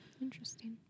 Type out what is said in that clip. Interesting